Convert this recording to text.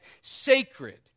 sacred